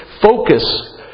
focus